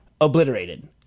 Obliterated